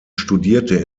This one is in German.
studierte